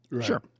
sure